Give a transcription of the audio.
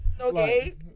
Okay